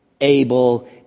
Able